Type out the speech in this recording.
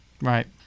right